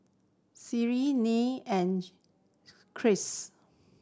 Carlyn Nell and